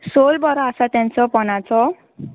सोल बरो आसा तेंचो पोंदाचो